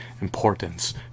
importance